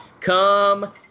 come